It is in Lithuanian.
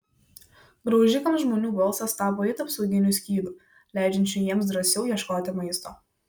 graužikams žmonių balsas tapo it apsauginiu skydu leidžiančiu jiems drąsiau ieškoti maisto